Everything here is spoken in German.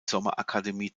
sommerakademie